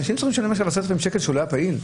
אנשים צריכים לשלם עכשיו 10,000 שקל כשהם לא היו פעילים?